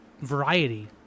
variety